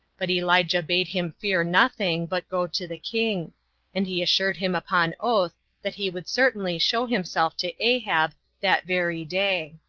but elijah bade him fear nothing, but go to the king and he assured him upon oath that he would certainly show himself to ahab that very day.